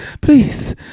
please